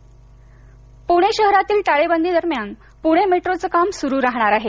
पणे मेटो पुणे शहरातील टाळेबंदी दरम्यान पुणे मेट्रोचं काम सुरु राहणार आहे